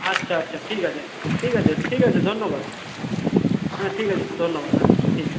আচ্ছা আচ্ছা ঠিক আছে ঠিক আছে ঠিক আছে ধন্যবাদ হ্যাঁ ঠিক আছে ধন্যবাদ হ্যাঁ ঠিক আছে